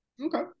okay